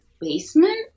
basement